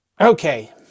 okay